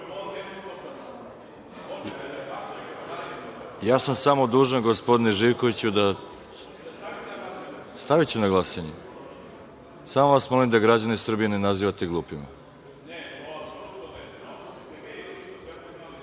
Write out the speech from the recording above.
sam smo dužan gospodine Živkoviću da…Staviću na glasanje. Samo vas molim da građane Srbije ne nazivate glupima.(Zoran